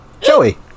Joey